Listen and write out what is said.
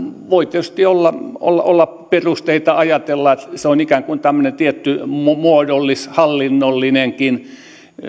voi tietysti olla olla perusteita ajatella että se on ikään kuin tämmöinen tietty muodollis hallinnollinenkin